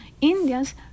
Indians